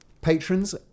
Patrons